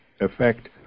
effect